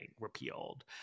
repealed